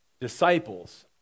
disciples